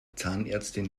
zahnärztin